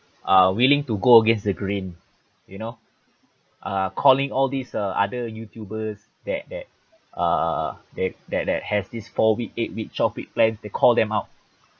are willing to go against the grain you know uh calling all these uh other YouTubers that that uh that that that has this four week eight week twelve week plans they call them out